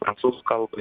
prancūzų kalbą